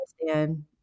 understand